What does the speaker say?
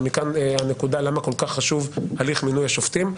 ומכאן הנקודה למה כל כך חשוב הליך מינוי השופטים,